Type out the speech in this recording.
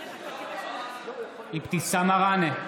בעד אבתיסאם מראענה,